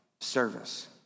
service